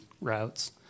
routes